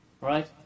Right